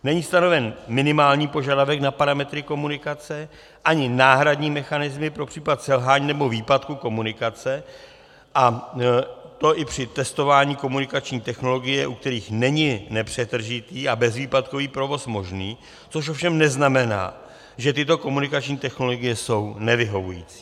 Není stanoven minimální požadavek na parametry komunikace ani náhradní mechanismy pro případ selhání nebo výpadku komunikace, a to i při testování komunikační technologie, u kterých není nepřetržitý a bezvýpadkový provoz možný, což ovšem neznamená, že tyto komunikační technologie jsou nevyhovující.